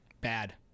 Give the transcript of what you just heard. Bad